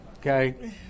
okay